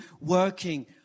working